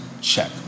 check